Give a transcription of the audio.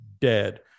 dead